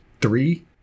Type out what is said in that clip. Three